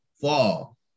fall